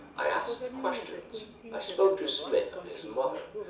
i asked questions i spoke to smith of his mother,